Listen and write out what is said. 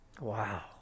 Wow